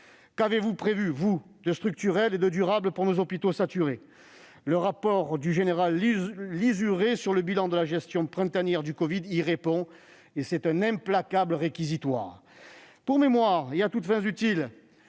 Qu'avez-vous prévu, vous, de structurel et de durable pour nos hôpitaux saturés ? Le rapport du général Lizurey sur le bilan de la gestion printanière répond à cette question, et c'est un implacable réquisitoire. Pour mémoire, et à toutes fins utiles,